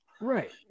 Right